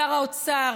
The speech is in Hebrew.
שר האוצר,